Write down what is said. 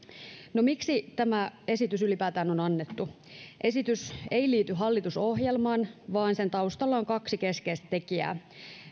no miksi tämä esitys ylipäätään on annettu esitys ei liity hallitusohjelmaan vaan sen taustalla on kaksi keskeistä tekijää